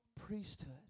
priesthood